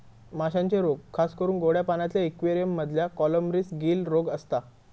माश्यांचे रोग खासकरून गोड्या पाण्यातल्या इक्वेरियम मधल्या कॉलमरीस, गील रोग असता